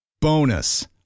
Bonus